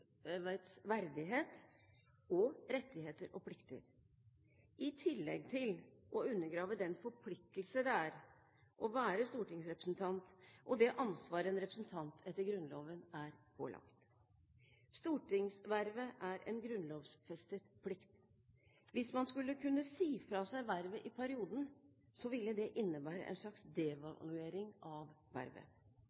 verdighet og rettigheter og plikter, i tillegg til å undergrave den forpliktelse det er å være stortingsrepresentant og det ansvar en representant etter Grunnloven er pålagt. Stortingsvervet er en grunnlovfestet plikt. Hvis man skulle kunne si fra seg vervet i perioden, ville det innebære en slags